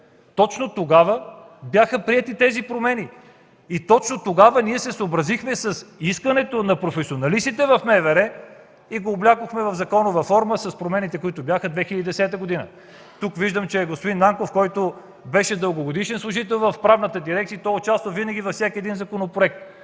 точно тогава бяха приети и тези промени и точно тогава се съобразихме с искането на професионалистите в МВР и облякохме в законова форма промените, които бяха през 2010 г. Виждам, че тук е господин Нанков, който беше дългогодишен служител в Правната дирекция и участва винаги във всеки един законопроект.